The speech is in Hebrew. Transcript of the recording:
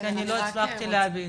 כי אני לא הצלחתי להבין.